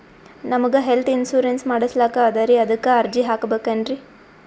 ನಮಗ health insurance ಮಾಡಸ್ಲಾಕ ಅದರಿ ಅದಕ್ಕ ಅರ್ಜಿ ಹಾಕಬಕೇನ್ರಿ?